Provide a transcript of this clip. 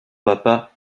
papa